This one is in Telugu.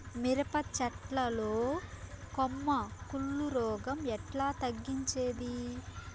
మిరప చెట్ల లో కొమ్మ కుళ్ళు రోగం ఎట్లా తగ్గించేది?